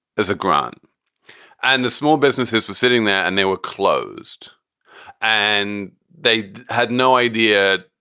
there's a grant and the small businesses were sitting there and they were closed and they had no idea.